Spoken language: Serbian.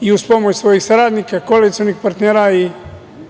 i uz pomoć svojih saradnika, koalicionih partnera i